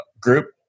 group